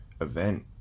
event